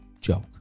joke